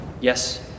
Yes